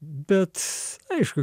bet aišku